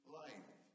life